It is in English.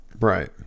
right